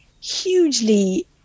hugely